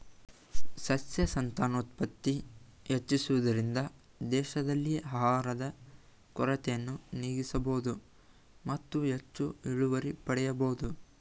ಸಸ್ಯ ಸಂತಾನೋತ್ಪತ್ತಿ ಹೆಚ್ಚಿಸುವುದರಿಂದ ದೇಶದಲ್ಲಿ ಆಹಾರದ ಕೊರತೆಯನ್ನು ನೀಗಿಸಬೋದು ಮತ್ತು ಹೆಚ್ಚು ಇಳುವರಿ ಪಡೆಯಬೋದು